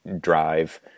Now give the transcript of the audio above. drive